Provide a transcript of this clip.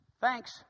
thanks